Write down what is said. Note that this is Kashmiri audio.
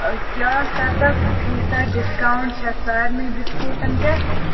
کیٛاہ سَتَتھ فیٖصَد ڈِسکاوُنٛٹ چھا سارنٕے بِسکوٗٹن پٮ۪ٹھ